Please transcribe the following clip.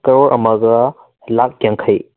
ꯀꯔꯣꯔ ꯑꯃꯒ ꯂꯥꯛ ꯌꯥꯡꯈꯩ